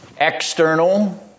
external